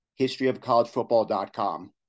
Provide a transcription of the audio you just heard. historyofcollegefootball.com